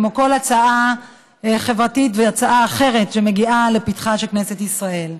כמו כל הצעה חברתית והצעה אחרת שמגיעה לפתחה של כנסת ישראל.